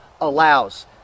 allows